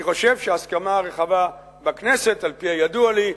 אני חושב שהסכמה רחבה בכנסת, על-פי הידוע לי,